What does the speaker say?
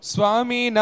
Swami